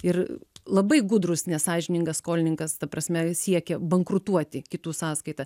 ir labai gudrus nesąžiningas skolininkas ta prasme siekia bankrutuoti kitų sąskaita